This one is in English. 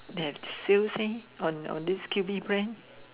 they have sales meh on on this Q_V brand